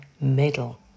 middle